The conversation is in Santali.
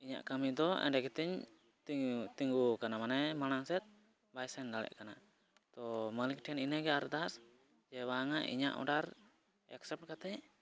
ᱤᱧᱟᱹᱜ ᱠᱟᱹᱢᱤ ᱫᱚ ᱚᱸᱰᱮ ᱜᱮᱛᱤᱧ ᱛᱤᱸᱜᱩ ᱟᱠᱟᱱᱟ ᱢᱟᱱᱮ ᱢᱟᱲᱟᱝ ᱥᱮᱫ ᱵᱟᱭ ᱥᱮᱱ ᱵᱟᱭ ᱥᱮᱱ ᱫᱟᱲᱮᱭᱟᱜ ᱠᱟᱱᱟ ᱛᱳ ᱢᱟᱹᱞᱤᱠ ᱴᱷᱮᱱ ᱤᱱᱟᱹᱜᱮ ᱟᱨᱫᱟᱥ ᱡᱮ ᱵᱟᱝᱼᱟ ᱤᱧᱟᱹᱜ ᱚᱰᱟᱨ ᱮᱠᱥᱚ ᱴᱟᱠᱟᱛᱮ